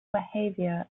behavior